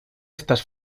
estas